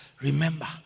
Remember